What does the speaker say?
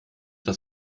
das